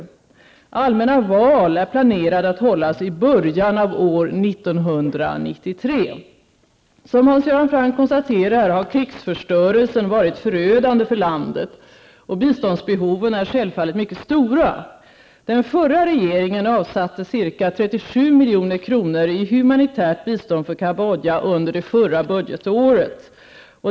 Allmänna val är planerade att hållas i början av år 1993. Som Hans Göran Franck konstaterar har krigsförstörelsen varit förödande för landet, och biståndsbehoven är självfallet mycket stora. Den förra regeringen avsatte under det förra budgetåret ca 37 milj.kr. i humanitärt bistånd för Cambodja.